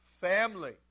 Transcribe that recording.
family